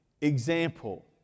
example